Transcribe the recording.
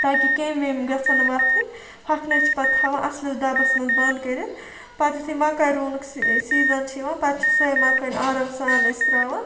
تاکہِ کیٚمۍ ویٚمۍ گَژھَن نہٕ وۄتھٕنۍ ہۄکھنٲیِتھ چھِ پَتہٕ تھاوان اَصلِس ڈَبَس مَنٛز بَنٛد کٔرِتھ پَتہٕ یُتھے مَکٲے رُونُک سیٖزَن چھُ یِوان پَتہٕ چھِ سۄے مَکٲے آرام سان أسۍ تراوان